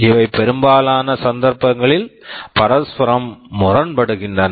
இவை பெரும்பாலான சந்தர்ப்பங்களில் பரஸ்பரம் முரண்படுகின்றன